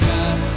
God